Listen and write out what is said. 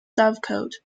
dovecote